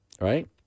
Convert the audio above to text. Right